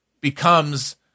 becomes